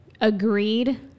agreed